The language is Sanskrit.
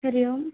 हरिः ओम्